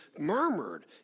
murmured